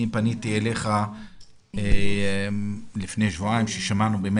אני פניתי אליך לפני שבועיים כששמענו על